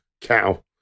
cow